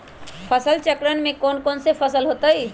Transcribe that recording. फसल चक्रण में कौन कौन फसल हो ताई?